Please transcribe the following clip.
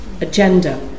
agenda